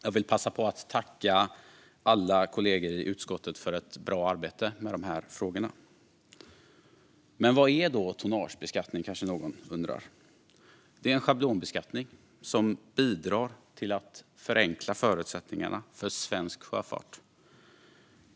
Jag vill passa på att tacka alla kollegor i utskottet för ett bra arbete med dessa frågor. Någon kanske undrar vad tonnagebeskattning egentligen är. Det är en schablonbeskattning som bidrar till att förbättra förutsättningarna för svensk sjöfart.